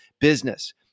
business